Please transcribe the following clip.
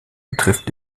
betrifft